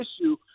issue